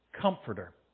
Comforter